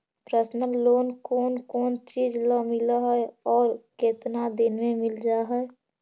Personal loan कोन कोन चिज ल मिल है और केतना दिन में मिल जा है?